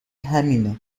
همینه